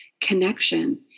connection